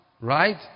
Right